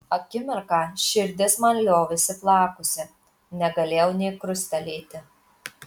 akimirką širdis man liovėsi plakusi negalėjau nė krustelėti